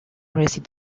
رسید